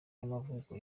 y’amavuko